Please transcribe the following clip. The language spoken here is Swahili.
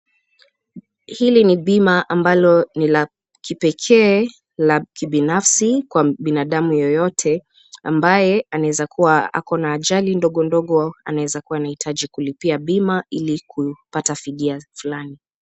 Hili ni bima ambalo ni la kipekee la kibinafsi kwa binadamu yeyote ambaye anaweza kuwa ako na ajali ndogondogo anaweza kuwa anahitaji kulipia bima ili kupata fidia fulani.